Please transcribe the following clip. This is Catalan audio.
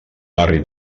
barri